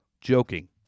joking